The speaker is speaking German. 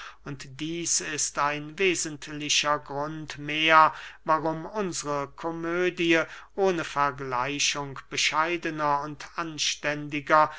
dieß ist ein wesentlicher grund mehr warum unsre komödie ohne vergleichung bescheidener und anständiger